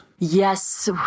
Yes